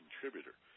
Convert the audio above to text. contributor